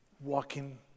walking